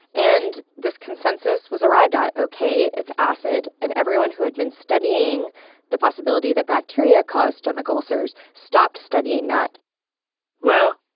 and this consensus was arrived ah at. ok, it's acid. and everyone who had been studying the possibility that bacteria caused stomach ulcers stopped studying that well,